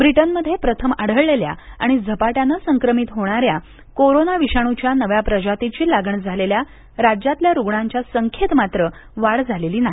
ब्रीटनमध्ये प्रथम आढळलेल्या आणि झपाट्यानं संक्रमित होणार्याआ कोरोना विषाणूच्या नव्या प्रजातीची लागण झालेल्या राज्यातल्या रुग्णांच्या संख्येत मात्र वाढ झालेली नाही